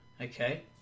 okay